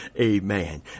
Amen